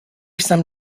some